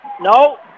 No